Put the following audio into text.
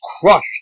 crushed